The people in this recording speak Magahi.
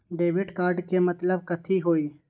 डेबिट कार्ड के मतलब कथी होई?